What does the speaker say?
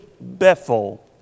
Bethel